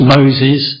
Moses